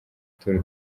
tour